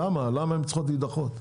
למה הן צריכות להידחות?